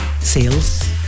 sales